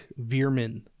Veerman